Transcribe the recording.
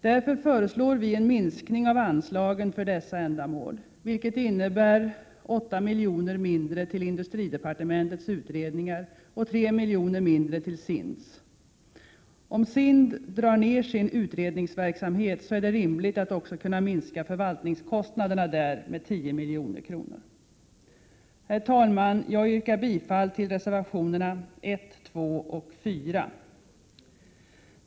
Därför föreslår vi en minskning av anslagen för dessa ändamål, vilket innebär 8 miljoner mindre till industridepartemen 139 tets utredningar och 3 miljoner mindre till SIND:s. Om SIND drar ner sin Prot. 1987/88:115 utredningsverksamhet så är det rimligt att också kunna minska förvaltnings Herr talman! Jag yrkar bifall till reservationerna 1, 2 och 4.